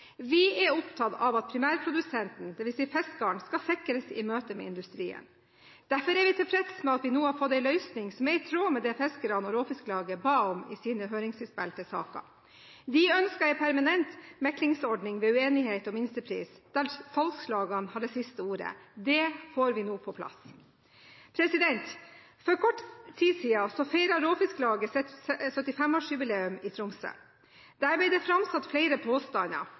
Vi er opptatt av at primærprodusenten, dvs. fiskeren, skal sikres i møte med industrien. Derfor er vi tilfreds med at vi nå har fått en løsning som er i tråd med det fiskerne og Råfisklaget ba om i sine høringsinnspill til saken. Vi ønsker en permanent meklingsordning ved uenighet om minstepris, der salgslagene har det siste ordet. Det får vi nå på plass. For kort tid siden feiret Råfisklaget 75-årsjubileet sitt i Tromsø. Der ble det framsatt flere påstander.